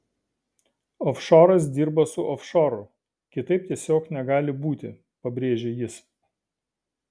ofšoras dirba su ofšoru kitaip tiesiog negali būti pabrėžė jis